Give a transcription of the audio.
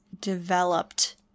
developed